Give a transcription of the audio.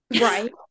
right